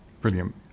brilliant